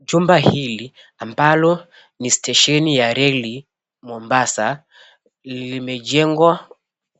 Jumba hili ambalo ni stesheni ya reli, Mombasa limejengwa